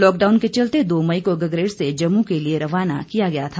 lockdown के चलते दो मई को गगरेट से जम्मू के लिए रवाना किया गया था